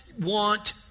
want